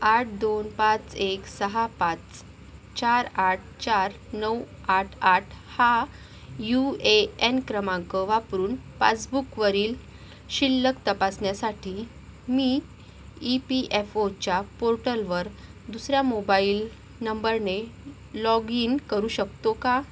आठ दोन पाच एक सहा पाच चार आठ चार नऊ आठ आठ हा यू ए एन क्रमांक वापरून पासबूकवरील शिल्लक तपासण्यासाठी मी ई पी एफ ओच्या पोर्टलवर दुसऱ्या मोबाइल नंबरने लॉगीन करू शकतो का